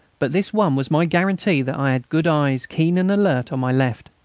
but this one was my guarantee that i had good eyes, keen and alert, on my left.